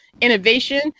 innovation